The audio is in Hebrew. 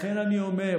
לכן אני אומר,